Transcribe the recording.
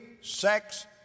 sex